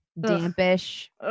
dampish